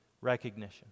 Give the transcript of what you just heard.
recognition